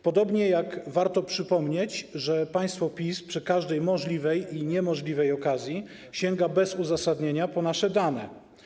Podobnie jak warto przypomnieć, że państwo PiS przy każdej możliwej i niemożliwej okazji sięga bez uzasadnienia po nasze dane.